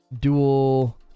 Dual